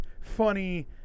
funny